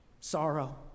sorrow